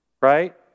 right